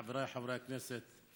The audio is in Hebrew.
חבריי חברי הכנסת,